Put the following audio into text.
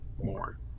more